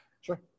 Sure